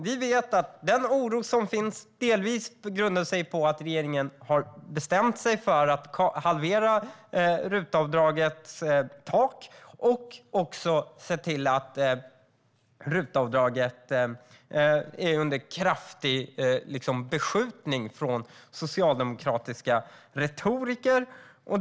Vi vet att den oro som finns delvis grundar sig på att regeringen har bestämt sig för att halvera RUT-avdragets tak och också se till att RUT-avdraget är under kraftig beskjutning från socialdemokratiska retoriker.